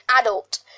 adult